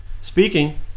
speaking